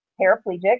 paraplegic